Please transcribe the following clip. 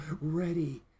ready